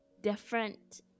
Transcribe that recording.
different